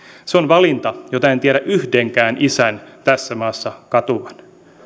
se on valinta jota en tiedä yhdenkään isän tässä maassa katuvan